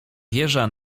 wieża